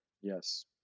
Yes